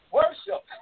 worship